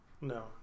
No